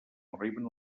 arriben